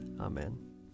Amen